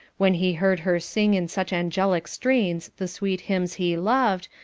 when he heard her sing in such angelic strains the sweet hymns he loved,